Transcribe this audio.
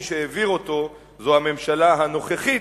מי שהעביר אותו הוא הממשלה הנוכחית,